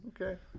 Okay